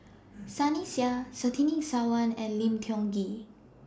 Sunny Sia Surtini Sarwan and Lim Tiong Ghee